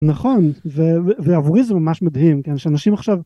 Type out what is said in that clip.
נכון לעבורי זה ממש מדהים שאנשים עכשיו